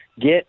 Get